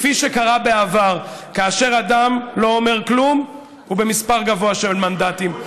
כפי שקרה בעבר: כאשר אדם לא אומר כלום הוא במספר גבוה של מנדטים,